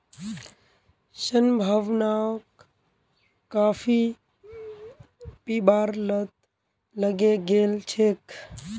संभावनाक काफी पीबार लत लगे गेल छेक